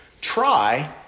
try